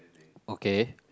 okay